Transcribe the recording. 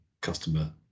customer